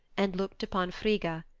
and looked upon frigga,